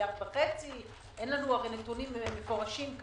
מיליארד וחצי אין לנו נתונים מפורשים,